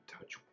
touch